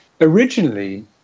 Originally